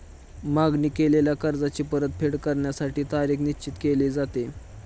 मागणी केलेल्या कर्जाची परतफेड करण्यासाठी तारीख निश्चित केली जाते